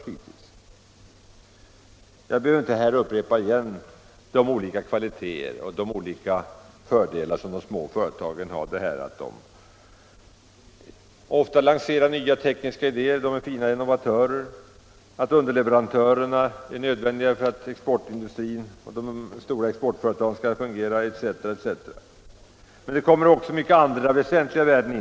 i Jag behöver här inte upprepa de olika kvaliteter och fördelar som de små företagen har, att de ofta lanserar nya tekniska idéer, att de är goda innovatörer, att de är nödvändiga som underleverantörer för att de stora exportföretagen skall kunna fungera osv. Men småföretagandet har också andra väsentliga värden.